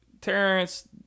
Terrence